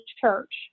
church